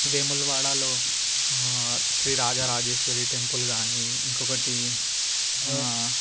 వేములవాడలో శ్రీ రాజరాజేశ్వరి టెంపుల్ కాని ఇంకొకటి